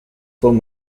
film